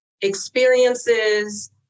experiences